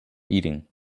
eating